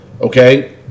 Okay